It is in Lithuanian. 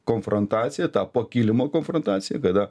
konfrontaciją tą po kilimo konfrontaciją kada